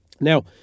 Now